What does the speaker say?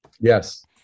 Yes